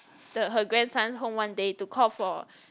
the her grandson home one day to call for